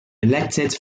elected